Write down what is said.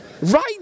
right